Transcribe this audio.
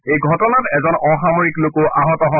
এই ঘটনাত এজন অসামৰিক লোকো আহত হয়